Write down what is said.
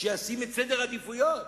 שישים את סדר העדיפויות,